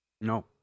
No